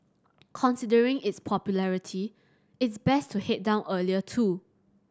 considering its popularity it's best to head down earlier too